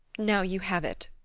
now you have it,